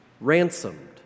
Ransomed